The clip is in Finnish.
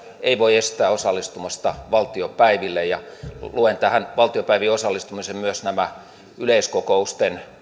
ei voi estää osallistumasta valtiopäiville luen tähän valtiopäiville osallistumiseen myös tämän yleiskokousten